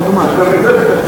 צריך גם את זה לתקן.